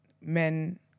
men